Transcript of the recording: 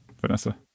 Vanessa